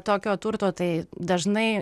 tokio turto tai dažnai